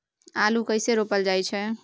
आलू कइसे रोपल जाय छै?